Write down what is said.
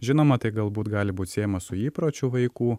žinoma tai galbūt gali būti siejama su įpročiu vaikų